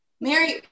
mary